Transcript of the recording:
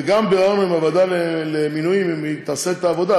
וגם ביררנו עם הוועדה למינויים אם היא תעשה את העבודה,